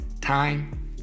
time